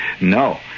No